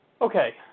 Okay